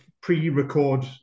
pre-record